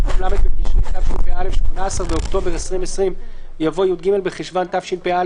במקום ״ל׳ בתשרי התשפ״א (18 באוקטובר 2020)״ יבוא ״י״ג בחשוון התשפ״א